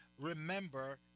remember